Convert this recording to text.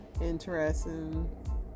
interesting